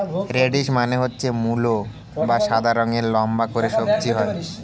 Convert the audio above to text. radish মানে হচ্ছে মূলো যা সাদা রঙের লম্বা করে সবজি হয়